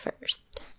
first